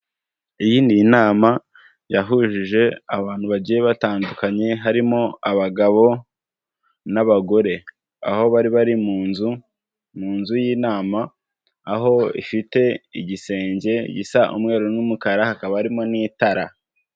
Iyi ni inama, yahujije abantu bagiye batandukanye, harimo abagabo n'abagore. Aho bari bari mu nzu, mu nzu y'inama, aho ifite igisenge gisa umweru n'umukara, hakaba harimo n'itara.